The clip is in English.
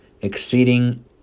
exceeding